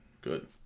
Good